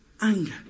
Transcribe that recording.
Anger